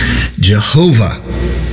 Jehovah